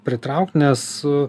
pritraukt nes